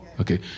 Okay